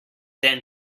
then